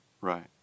right